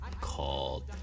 called